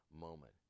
moment